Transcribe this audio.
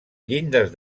llindes